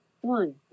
One